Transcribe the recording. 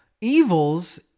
Evils